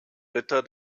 ritter